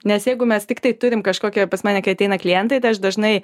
nes jeigu mes tikrai turim kažkokią pas mane kai ateina klientai tai aš dažnai